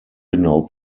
genau